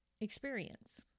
experience